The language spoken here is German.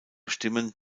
bestimmen